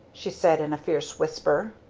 she said in a fierce whisper.